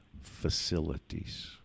facilities